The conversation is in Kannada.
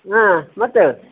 ಹಾಂ ಮತ್ತೇ